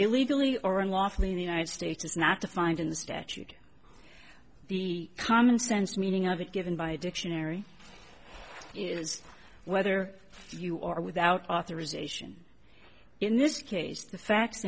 illegally or unlawfully in the united states is not defined in the statute the common sense meaning of a given by dictionary is whether you are without authorization in this case the fact